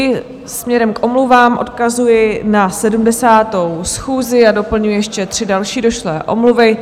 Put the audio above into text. I směrem k omluvám odkazuji na 70. schůzi a doplňuji ještě tři další došlé omluvy.